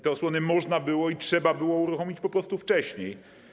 Te osłony można było i trzeba było uruchomić po prostu wcześniej.